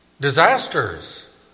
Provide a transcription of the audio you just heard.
disasters